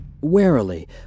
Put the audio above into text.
Warily